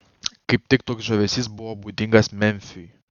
kaip tik toks žavesys buvo būdingas memfiui